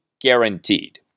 guaranteed